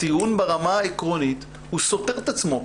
הטיעון ברמה העקרונית סותר את עצמו.